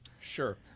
Sure